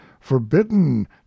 FORBIDDEN